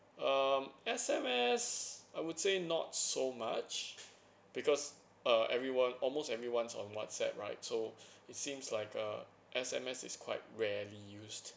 um S_M_S I would say not so much because uh everyone almost everyone's on whatsapp right so it seems like uh S_M_S is quite rarely used